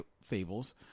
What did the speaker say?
fables